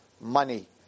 Money